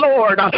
Lord